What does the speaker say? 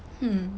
hmm